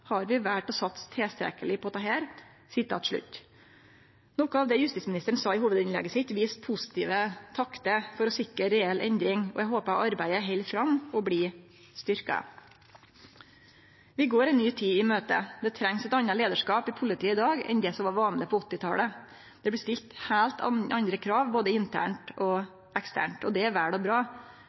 Har vi valt å satse tilstrekkeleg på dette? Noko av det justisministeren sa i hovudinnlegget sitt, viste positive taktar for å sikre reell endring. Eg håpar arbeidet held fram og blir styrkt. Vi går ei ny tid i møte. Det trengst ein annan leiarskap i politiet i dag enn det som var vanleg på 1980-talet. Det blir stilt heilt andre krav både internt og eksternt. Det er vel og bra,